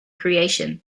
creation